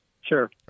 Sure